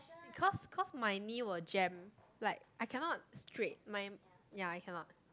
because cause my knee will jam like I cannot straight my ya I cannot